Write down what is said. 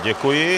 Děkuji.